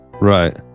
right